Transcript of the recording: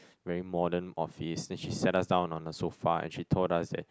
very modern office then she sat us down on the sofa and she told us that